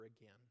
again